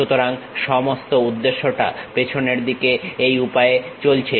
সুতরাং সমস্ত উদ্দেশ্যটা পেছনের দিকে এই উপায়ে চলছে